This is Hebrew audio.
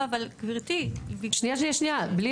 לא, אבל, גברתי -- בלי ה"לא".